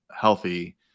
healthy